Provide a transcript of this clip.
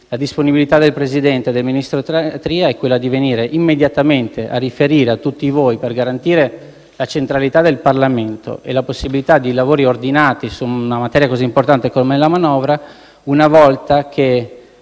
la disponibilità del Presidente del Consiglio e del ministro Tria è quella di venire immediatamente a riferire a tutti voi, per garantire la centralità del Parlamento e la possibilità di proseguire i lavori in maniera ordinata su una materia così importante come la manovra, una volta che